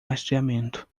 rastreamento